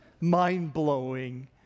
mind-blowing